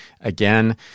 Again